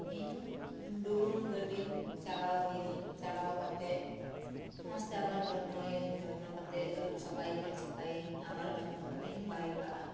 ᱤᱧ ᱰᱩᱞᱩᱝ ᱜᱟᱰᱤᱧ ᱪᱟᱞᱟᱣ ᱜᱤᱭᱟᱹᱧ ᱪᱟᱞᱟᱣ ᱠᱟᱛᱮᱜ ᱢᱚᱸᱡᱽ ᱛᱮ ᱟᱵᱟᱨ ᱡᱚᱛᱱᱚᱭᱟᱹᱧ ᱡᱚᱛᱱᱚ ᱠᱟᱛᱮᱜ ᱟᱨᱩᱵ ᱥᱟᱯᱟᱭᱟᱹᱧ ᱡᱚᱫ ᱥᱟᱯᱟ ᱥᱟᱯᱟᱭᱟᱹᱧ ᱟᱵᱟᱨ ᱡᱚᱛᱱᱚ ᱠᱟᱛᱮᱜ ᱤᱧ ᱵᱟᱭ ᱠᱟᱜᱼᱟ